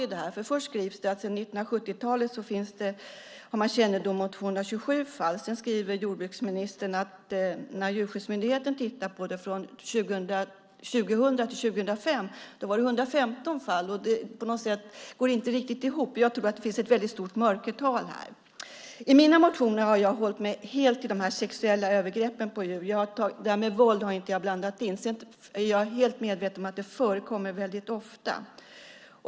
Först skrivs det att sedan 1970-talet har man kännedom om 227 fall. Sedan skriver jordbruksministern att Djurskyddsmyndigheten tittat på detta och att det mellan 2000 och 2005 var 115 fall. Det går inte riktigt ihop. Jag tror att det finns ett väldigt stort mörkertal. I mina motioner har jag helt hållit mig till de sexuella övergreppen på djur. Det här med våld har jag inte blandat in, men jag är helt medveten om att det förekommer väldigt ofta.